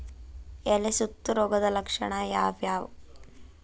ಎಲೆ ಸುತ್ತು ರೋಗದ ಲಕ್ಷಣ ಯಾವ್ಯಾವ್?